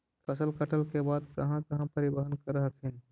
फसल कटल के बाद कहा कहा परिबहन कर हखिन?